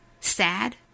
Sad